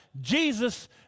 Jesus